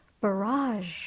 barrage